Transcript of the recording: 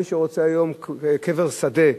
מי שרוצה היום קבר שדה,